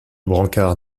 brancard